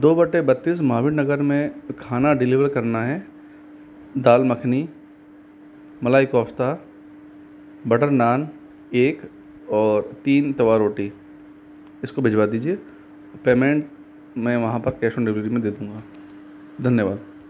दो बट्टे बत्तीस महावीर नगर में खाना डिलीवर करना है दाल मखनी मलाई कोफ्ता बटर नान एक और तीन तवा रोटी इसको भिजवा दीजिए पेमेंट मैं वहाँ पर कैश ऑन डिलीवरी में दे दूंगा धन्यवाद